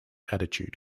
attitude